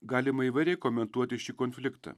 galima įvairiai komentuoti šį konfliktą